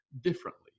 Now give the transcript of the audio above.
differently